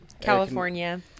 California